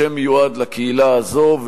שמיועד לקהילה הזאת,